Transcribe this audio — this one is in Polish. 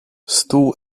stół